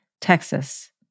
Texas